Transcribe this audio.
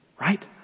Right